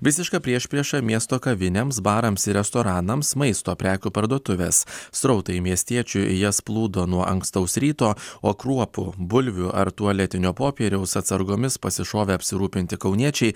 visiška priešprieša miesto kavinėms barams ir restoranams maisto prekių parduotuvės srautai miestiečių į jas plūdo nuo ankstaus ryto o kruopų bulvių ar tualetinio popieriaus atsargomis pasišovė apsirūpinti kauniečiai